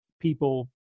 people